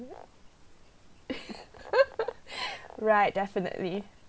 right definitely